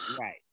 right